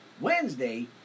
Wednesday